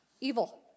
evil